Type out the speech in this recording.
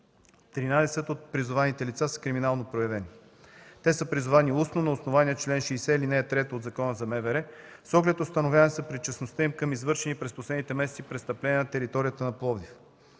от призованите лица са криминално проявени. Те са призовани устно, на основание чл. 60, ал. 3 от Закона за МВР, с оглед установяване съпричастността им към извършени през последните месеци престъпления на територията на Пловдив.